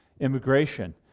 immigration